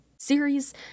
series